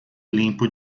limpo